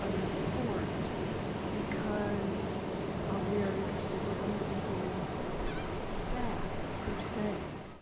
ah report because ah we are interested in the staff, per se.